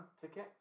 ticket